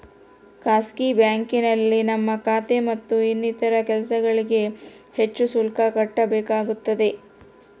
ಖಾಸಗಿ ಬ್ಯಾಂಕಿಂಗ್ನಲ್ಲಿ ನಮ್ಮ ಖಾತೆ ಮತ್ತು ಇನ್ನಿತರ ಕೆಲಸಗಳಿಗೆ ಹೆಚ್ಚು ಶುಲ್ಕ ಕಟ್ಟಬೇಕಾಗುತ್ತದೆ